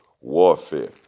warfare